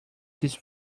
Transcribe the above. this